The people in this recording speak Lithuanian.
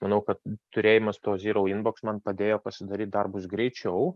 manau kad turėjimas to zyrau inboks man padėjo pasidaryti darbus greičiau